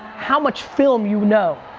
how much film you know,